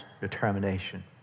determination